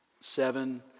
Seven